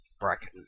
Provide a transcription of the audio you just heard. bracket